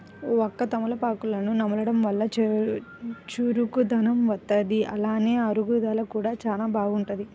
వక్క, తమలపాకులను నమలడం వల్ల చురుకుదనం వత్తది, అలానే అరుగుదల కూడా చానా బాగుంటది